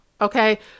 okay